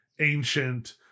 ancient